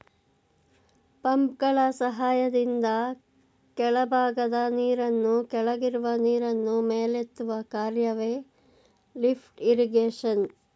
ಪಂಪ್ಗಳ ಸಹಾಯದಿಂದ ಕೆಳಭಾಗದ ನೀರನ್ನು ಕೆಳಗಿರುವ ನೀರನ್ನು ಮೇಲೆತ್ತುವ ಕಾರ್ಯವೆ ಲಿಫ್ಟ್ ಇರಿಗೇಶನ್